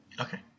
Okay